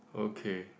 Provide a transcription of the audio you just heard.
okay